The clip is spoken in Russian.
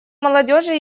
молодежи